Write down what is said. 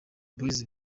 boys